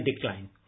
decline